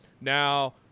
Now